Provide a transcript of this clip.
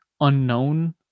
unknown